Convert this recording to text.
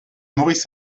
maurice